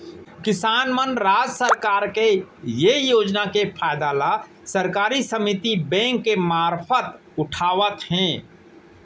किसान मन राज सरकार के ये योजना के फायदा ल सहकारी समिति बेंक के मारफत उठावत हें